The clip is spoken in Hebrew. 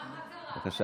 מה, מה קרה?